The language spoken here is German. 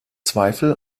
zweifel